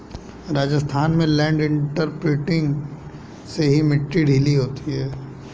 राजस्थान में land imprinter से ही मिट्टी ढीली होती है